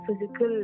physical